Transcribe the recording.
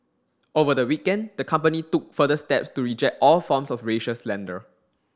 over the weekend the company took further steps to reject all forms of racial slander